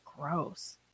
gross